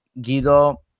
Guido